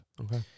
Okay